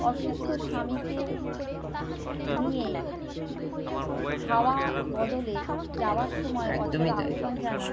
অসুস্থ স্বামীকে নিয়ে হাওয়া বদলে যাওয়ার সময় অচলা আহ্বান জানায়